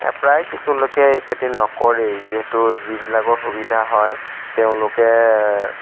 প্ৰায় কিছু লোকে এই খেতি নকৰেই যিহেতু যিবিলাকৰ সুবিধা হয় তেওঁলোকে